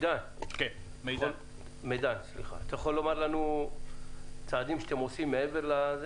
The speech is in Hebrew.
מידן, מה הצעדים שאתם עושים בעניין?